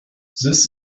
this